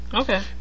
Okay